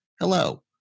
hello